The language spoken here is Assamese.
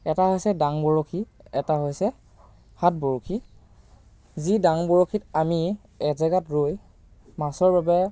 এটা হৈছে ডাং বৰশী এটা হৈছে হাত বৰশী যি ডাং বৰশীত আমি এজেগাত ৰৈ মাছৰ বাবে